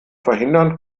verhindern